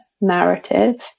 narrative